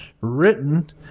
written